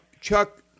Chuck